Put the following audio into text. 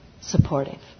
supportive